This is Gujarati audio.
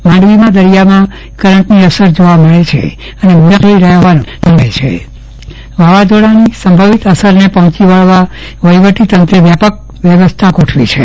માંડવીના દરિયામાં કરંટની અસર જોવા મળે છે અને મોજા ઉછળી રહ્યા હોવાનું જોવા મળે છે વાવાઝોડાની સંભવિત અસરને પહોચી વળવા વહીવટી તંત્રે વ્યાપક વ્યવસ્થા ગોઠવી છે